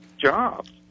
jobs